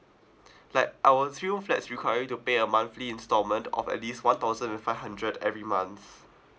like our single room flats require you to pay a monthly instalment of at least one thousand and five hundred every month